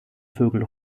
vögel